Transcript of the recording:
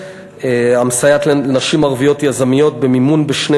המסייעת לנשים ערביות יזמיות במימון בשני